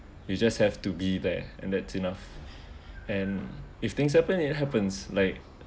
you just have to be there and that's enough and if things happen it happens like